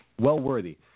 well-worthy